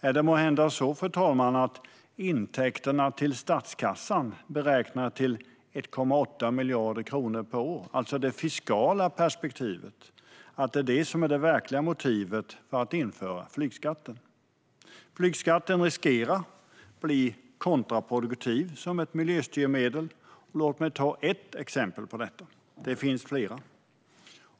Är det måhända så, fru talman, att intäkterna till statskassan, beräknade till 1,8 miljarder kronor per år, det fiskala perspektivet, är det verkliga motivet för att införa flygskatten? Flygskatten riskerar att bli kontraproduktiv som ett miljöstyrmedel. Låt mig ta ett exempel på detta. Det finns flera.